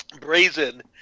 brazen